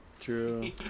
True